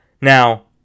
Now